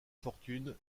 fortune